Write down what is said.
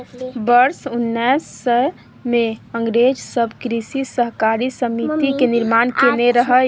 वर्ष उन्नैस सय मे अंग्रेज सब कृषि सहकारी समिति के निर्माण केने रहइ